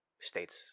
states